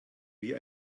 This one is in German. wie